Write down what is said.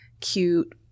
cute